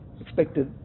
expected